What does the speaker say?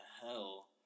hell